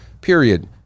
period